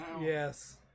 Yes